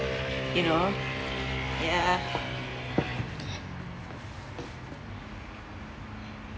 you know ya